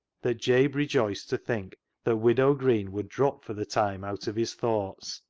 that jabe rejoiced to think that widow green would drop for the time out of his thoughts.